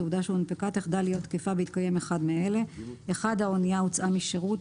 תעודה שהונפקה תחדל להיות תקפה בהתקיים אחד מאלה: האנייה הוצאה משירות.